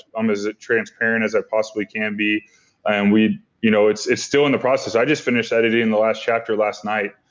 i'm as transparent as i possibly can be and you know it's it's still in the process. i just finished editing the last chapter last night.